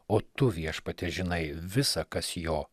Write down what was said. o tu viešpatie žinai visa kas jo